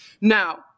now